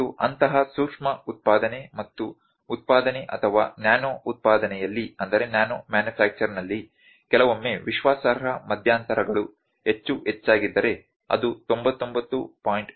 ಮತ್ತು ಅಂತಹ ಸೂಕ್ಷ್ಮ ಉತ್ಪಾದನೆ ಮತ್ತು ಉತ್ಪಾದನೆ ಅಥವಾ ನ್ಯಾನೊ ಉತ್ಪಾದನೆಯಲ್ಲಿ ಕೆಲವೊಮ್ಮೆ ವಿಶ್ವಾಸಾರ್ಹ ಮಧ್ಯಂತರಗಳು ಹೆಚ್ಚು ಹೆಚ್ಚಾಗಿದ್ದರೆ ಅದು 99